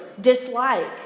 dislike